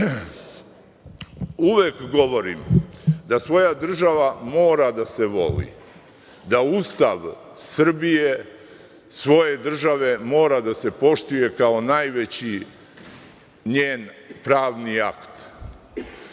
govorim da svoja država mora da se voli, da Ustav Srbije svoje države mora da se poštuje kao najveći njen pravni akt,